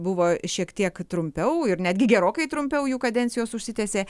buvo šiek tiek trumpiau ir netgi gerokai trumpiau jų kadencijos užsitęsė